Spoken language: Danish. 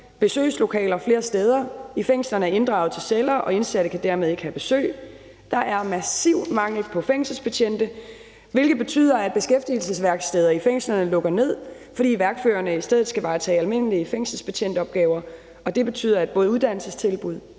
Besøgslokaler flere steder i fængslerne er inddraget til celler, og indsatte kan dermed ikke have besøg. Der er massiv mangel på fængselsbetjente, hvilket betyder, at beskæftigelsesværksteder i fængslerne lukker ned, fordi værkførerne i stedet skal varetage almindelige fængselsbetjentopgaver. Det betyder, at både uddannelsestilbud